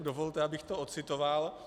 Dovolte, abych to ocitoval.